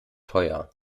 teuer